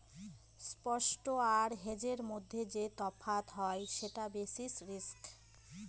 spot আর হেজের মধ্যে যে তফাৎ হয় সেটা বেসিস রিস্ক